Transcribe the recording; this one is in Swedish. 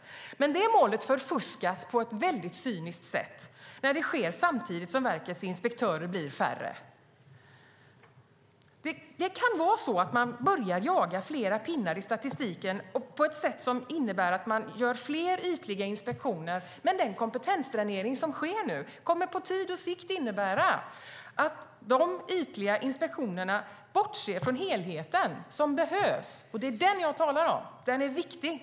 Men det målet förfuskas på ett mycket cyniskt sätt när det sker samtidigt som verkets inspektörer blir färre. Det kan vara så att man börjar jaga fler pinnar i statistiken på ett sätt som innebär att man gör fler ytliga inspektioner. Men den kompetensdränering som nu sker kommer på sikt att innebära att man i dessa ytliga inspektioner bortser från den helhet som behövs. Det är den jag talar om. Den är viktig.